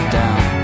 down